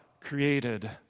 created